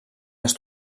les